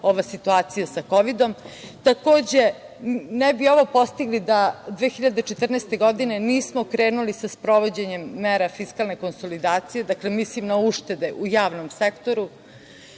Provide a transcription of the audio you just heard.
ova situacija sa kovidom. Takođe, ne bi ovo postigli da 2014. godine nismo krenuli sa sprovođenjem mera fiskalne konsolidacije, dakle, mislim na uštede u javnom sektoru.